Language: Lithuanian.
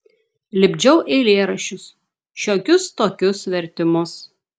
lipdžiau eilėraščius šiokius tokius vertimus